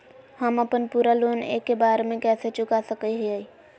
हम अपन पूरा लोन एके बार में कैसे चुका सकई हियई?